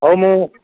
ହଉ ମୁଁ